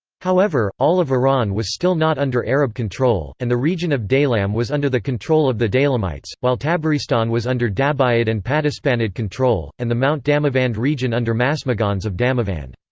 however, all of iran was still not under arab control, and the region of daylam was under the control of the daylamites, while tabaristan was under dabuyid and paduspanid control, and the mount damavand region under masmughans of damavand.